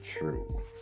true